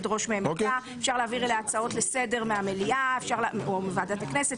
אפשר להעביר אליה הצעות לסדר מהמליאה או מוועדת הכנסת,